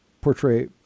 portray